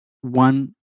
one